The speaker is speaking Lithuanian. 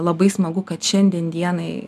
labai smagu kad šiandien dienai